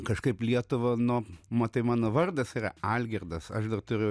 kažkaip lietuvą nu matai mano vardas yra algirdas aš dar turiu